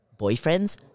boyfriends